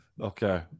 Okay